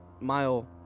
mile